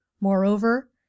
Moreover